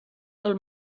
del